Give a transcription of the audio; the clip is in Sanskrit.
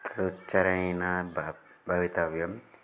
तदुच्चारणेन बह् भवितव्यं